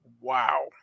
wow